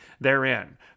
therein